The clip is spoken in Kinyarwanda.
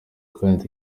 kandi